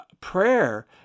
Prayer